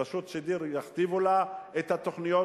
רשות שידור שיכתיבו לה את התוכניות,